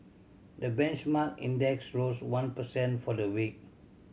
the benchmark index rose one per cent for the week